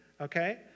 okay